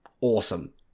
awesome